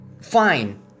fine